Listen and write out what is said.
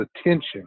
attention